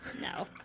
No